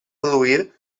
produir